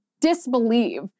disbelieve